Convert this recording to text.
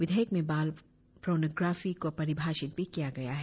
विधेयक में बाल पोर्नोग्राफी को परिभाषित भी किया गया है